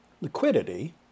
liquidity